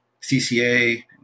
cca